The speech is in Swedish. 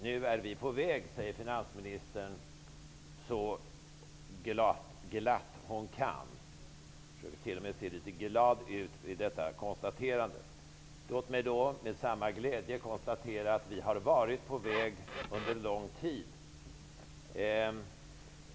Nu är vi på väg, säger finansministern, så glatt hon kan. Hon försöker t.o.m. se glad ut vid detta konstaterande. Låt mig med samma glädje konstatera att vi har varit på väg under lång tid.